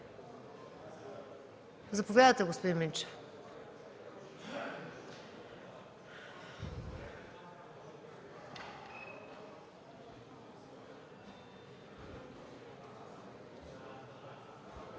Заповядайте, господин Минчев.